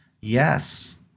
Yes